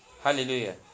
Hallelujah